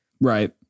right